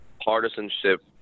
partisanship